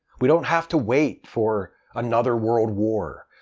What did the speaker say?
we don't have to wait for another world war,